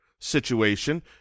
situation